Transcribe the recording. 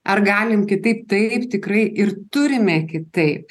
ar galim kitaip taip tikrai ir turime kitaip